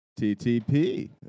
TTP